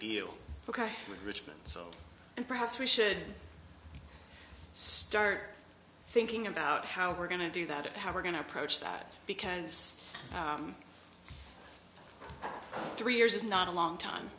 with richmond and perhaps we should start thinking about how we're going to do that how we're going to approach that because three years is not a long time